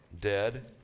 dead